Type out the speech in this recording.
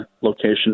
location